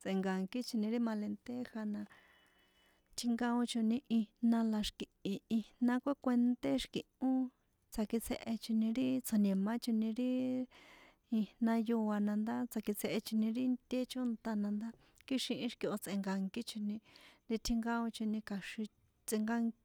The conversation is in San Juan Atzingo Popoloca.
tsꞌe̱nka̱kícho ri jma̱ lenteja na tjinkaochoni ijna la xi̱ki̱hi ijna kókuenté xi̱ki̱hó tsakistjehechoni ri tsjo̱ni̱máchoni ri ijna yóa na ndá tsakistjehechoni ri nté chónta na ndá kjíxihín xi̱kihó tsꞌe̱nka̱nkíchoni ri tjinkaochoni tjinkaochoni kja̱xin tsꞌinká.